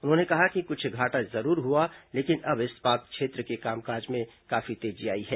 उन्होंने कहा कि कुछ घाटा जरूर हुआ लेकिन अब इस्पात क्षेत्र के कामकाज में काफी तेजी आई है